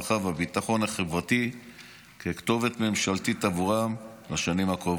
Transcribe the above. והביטחון החברתי ככתובת ממשלתית עבורם לשנים הקרובות.